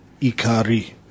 Ikari